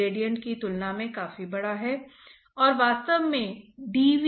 और फिर आपको पता चलता है कि गणितीय निरूपण क्या है और फिर उस पर चिह्न लगाएं